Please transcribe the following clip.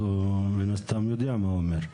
אז מן הסתם הוא יודע מה הוא אומר.